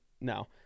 No